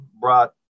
brought